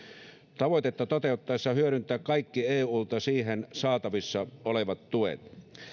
tavoitetta toteuttaessaan hyödyntää kaikki eulta siihen saatavissa olevat tuet